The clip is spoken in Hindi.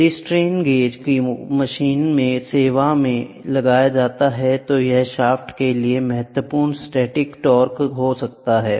यदि स्ट्रेन गेज को मशीन में सेवा में लगाया जाता है तो यह शाफ्ट के लिए महत्वपूर्ण स्टैटिक टॉर्क हो सकता है